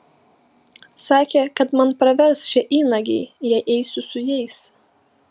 sakė kad man pravers šie įnagiai jei eisiu su jais